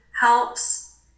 helps